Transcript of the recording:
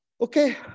Okay